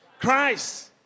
Christ